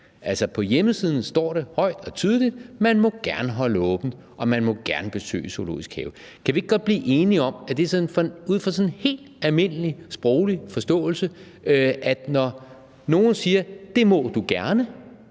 På hjemmesiden står der højt og tydeligt, at man gerne må holde åbent, og at folk gerne må besøge en zoologisk have. Kan vi ikke godt blive enige om, at det ud fra en helt almindelig sproglig forståelse er sådan, at når nogle siger, at det må du gerne,